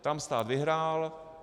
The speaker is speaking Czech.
Tam stát vyhrál.